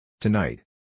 Tonight